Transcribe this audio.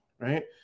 right